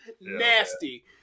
Nasty